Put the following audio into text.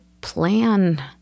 plan